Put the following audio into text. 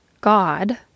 God